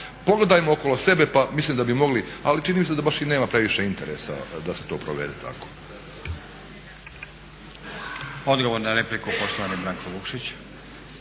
pogledajmo okolo sebe pa mislim da bi mogli, ali čini mi se da baš i nema previše interesa da se to provede tako. **Stazić, Nenad (SDP)** Odgovor na repliku, poštovani Branko Vukšić.